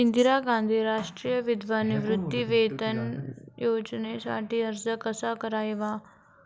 इंदिरा गांधी राष्ट्रीय विधवा निवृत्तीवेतन योजनेसाठी अर्ज कसा करायचा?